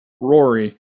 Rory